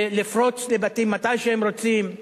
לפרוץ לבתים מתי שהם רוצים,